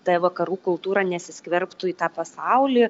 ta vakarų kultūra nesiskverbtų į tą pasaulį